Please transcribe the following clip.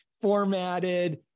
formatted